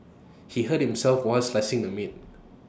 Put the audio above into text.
he hurt himself while slicing the meat